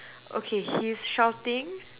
okay he's shouting